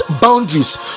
boundaries